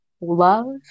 Love